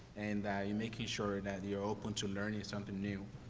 and that you're making sure that you're open to learning something new.